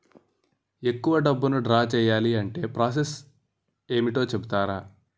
ఎక్కువ డబ్బును ద్రా చేయాలి అంటే ప్రాస సస్ ఏమిటో చెప్తారా?